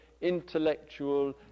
intellectual